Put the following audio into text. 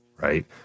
Right